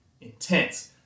intense